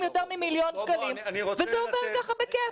יותר ממיליון שקלים וזה עובר ככה בכיף.